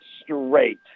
straight